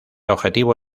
objetivo